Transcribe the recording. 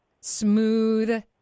smooth